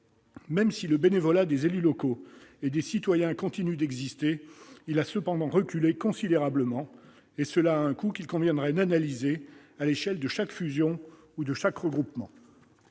Même si le bénévolat des élus locaux et des citoyens continue d'exister, il a reculé considérablement, ce qui représente un coût qu'il conviendrait d'analyser à l'échelle de chaque fusion ou regroupement.